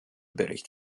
bericht